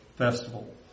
festival